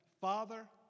Father